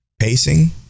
Pacing